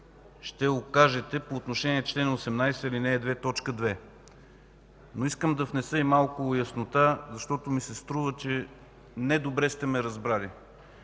ще окажете по отношение на чл. 18, ал. 2, т. 2. Искам да внеса малко яснота, защото ми се струва, че недобре сте ме разбрали.